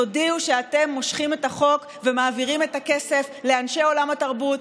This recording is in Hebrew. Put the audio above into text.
תודיעו שאתם מושכים את החוק ומעבירים את הכסף לאנשי עולם התרבות,